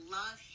love